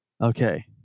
Okay